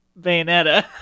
bayonetta